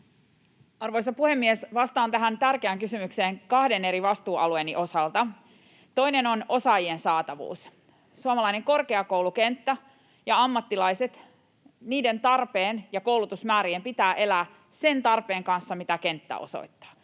Arvoisa puhemies! Vastaan tähän tärkeään kysymykseen kahden eri vastuualueeni osalta. Toinen on osaajien saatavuus. Suomalaisen korkeakoulukentän ja ammattilaisten tarpeen ja koulutusmäärien pitää elää sen tarpeen kanssa, mitä kenttä osoittaa.